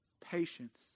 Patience